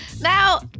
Now